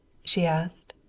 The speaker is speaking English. she asked.